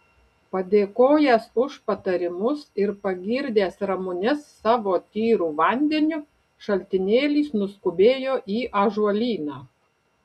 padėkojęs už patarimus ir pagirdęs ramunes savo tyru vandeniu šaltinėlis nuskubėjo į ąžuolyną